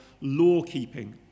law-keeping